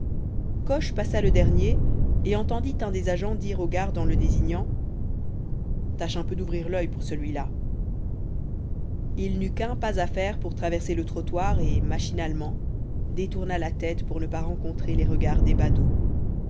coche passa le dernier et entendit un des agents dire au garde en le désignant tâche un peu d'ouvrir l'oeil pour celui-là il n'eut qu'un pas à faire pour traverser le trottoir et machinalement détourna la tête pour ne pas rencontrer les regards des